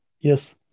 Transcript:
Yes